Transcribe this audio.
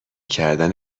کردن